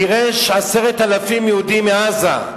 גירש 10,000 יהודים מעזה.